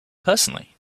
personally